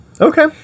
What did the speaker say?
okay